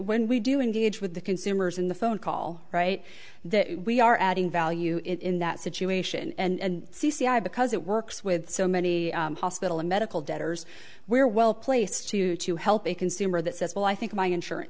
when we do engage with the consumers in the phone call right that we are adding value in that situation and c c i because it works with so many hospital and medical debtors where well placed to to help a consumer that says well i think my insurance